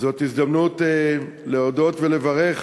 זאת הזדמנות להודות ולברך